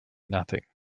nothing